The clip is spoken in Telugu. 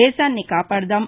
దేశాన్ని కాపాడదాం